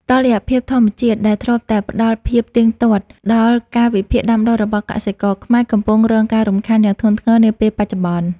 តុល្យភាពធម្មជាតិដែលធ្លាប់តែផ្ដល់ភាពទៀងទាត់ដល់កាលវិភាគដាំដុះរបស់កសិករខ្មែរ កំពុងរងការរំខានយ៉ាងធ្ងន់ធ្ងរនាពេលបច្ចុប្បន្ន។